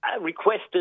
requested